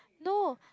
no